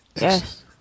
Yes